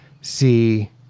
see